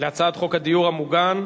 בהצעת חוק הדיור המוגן.